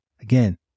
Again